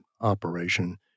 operation